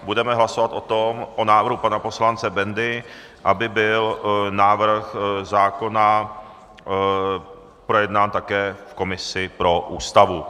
Budeme hlasovat o návrhu pana poslance Bendy, aby byl návrh zákona projednán také v komisi pro Ústavu.